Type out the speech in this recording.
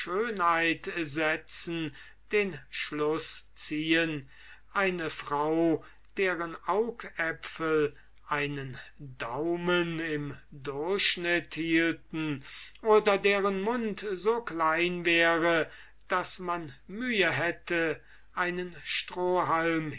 setzen den schluß ziehen eine frau deren augapfel einen daumen im durchschnitt hielten oder deren mund so klein wäre daß man mühe hätte einen strohhalm